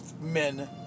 men